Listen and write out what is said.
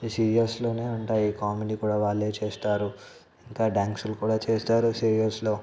సీరియల్స్లోనే ఉంటాయి కామెడీ కూడా వాళ్ళే చేస్తారు ఇంకా డాన్సులు కూడా చేస్తారో సీరియల్స్లో